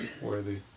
worthy